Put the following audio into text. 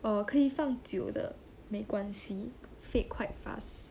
oh 可以放久的没关系 fade quite fast